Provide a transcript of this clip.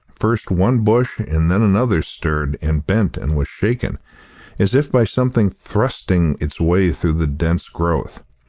first one bush and then another stirred and bent and was shaken as if by something thrusting its way through the dense growth.